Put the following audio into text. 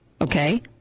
Okay